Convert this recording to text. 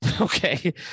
Okay